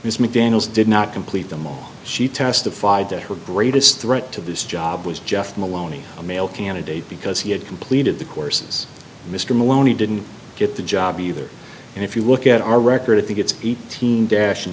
mcdaniels did not complete them all she testified that her greatest threat to this job was just maloney a male candidate because he had completed the courses mr malone he didn't get the job either and if you look at our record if he gets eighteen dash